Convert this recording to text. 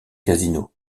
casinos